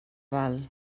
val